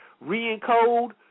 re-encode